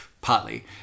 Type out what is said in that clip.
partly